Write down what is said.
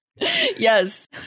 yes